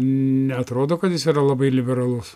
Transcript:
neatrodo kad jis yra labai liberalus